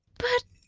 but,